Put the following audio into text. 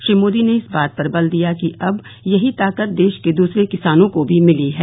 श्री मोदी ने इस बात पर बल दिया कि अब यही ताकत देश के दूसरे किसानों को भी मिली है